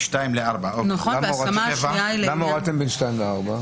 למה הורדתם בין שתיים לארבע?